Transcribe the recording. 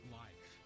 life